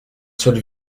seul